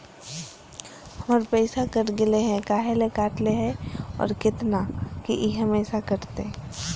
हमर पैसा कट गेलै हैं, काहे ले काटले है और कितना, की ई हमेसा कटतय?